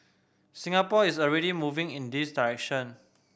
Singapore is already moving in this direction